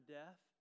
death